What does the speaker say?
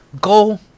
Go